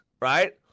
right